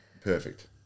Perfect